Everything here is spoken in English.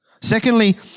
Secondly